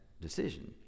decision